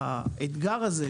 האתגר הזה,